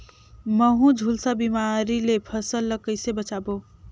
महू, झुलसा बिमारी ले फसल ल कइसे बचाबो?